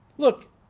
Look